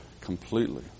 completely